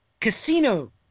Casino –